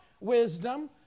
wisdom